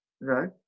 right